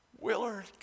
Willard